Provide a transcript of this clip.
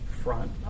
front